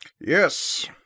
Yes